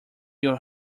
your